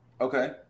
okay